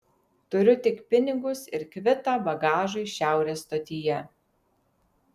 turiu tik pinigus ir kvitą bagažui šiaurės stotyje